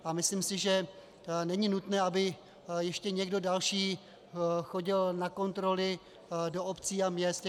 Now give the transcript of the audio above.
A myslím si, že není nutné, aby ještě někdo další chodil na kontroly do obcí a měst.